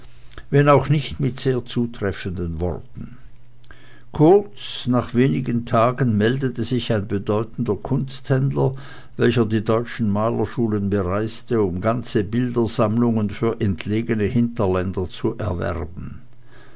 wenn auch nicht mit sehr zutreffenden worten kurz nach wenigen tagen meldete sich ein bedeutender kunsthändler welcher die deutschen malerschulen bereiste um ganze bildersammlungen für entlegene hinterländer zu erwerben